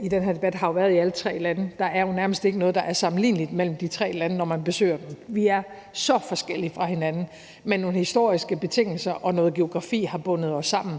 i den her debat har været i alle tre lande, og der er jo nærmest ikke noget, der er sammenligneligt mellem de tre lande, når man besøger dem. Vi er så forskellige fra hinanden, men nogle historiske betingelser og noget geografi har bundet os sammen